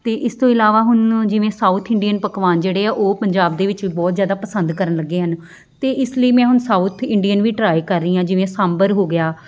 ਅਤੇ ਇਸ ਤੋਂ ਇਲਾਵਾ ਹੁਣ ਜਿਵੇਂ ਸਾਊਥ ਇੰਡੀਅਨ ਪਕਵਾਨ ਜਿਹੜੇ ਆ ਉਹ ਪੰਜਾਬ ਦੇ ਵਿੱਚ ਬਹੁਤ ਜ਼ਿਆਦਾ ਪਸੰਦ ਕਰਨ ਲੱਗੇ ਹਨ ਅਤੇ ਇਸ ਲਈ ਮੈਂ ਹੁਣ ਸਾਊਥ ਇੰਡੀਅਨ ਵੀ ਟਰਾਈ ਕਰ ਰਹੀ ਹਾਂ ਜਿਵੇਂ ਸਾਂਭਰ ਹੋ ਗਿਆ